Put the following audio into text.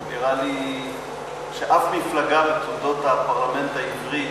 נראה לי שאף מפלגה בתולדות הפרלמנט העברי